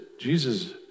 Jesus